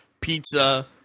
pizza